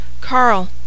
Carl